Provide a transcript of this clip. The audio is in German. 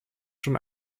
schon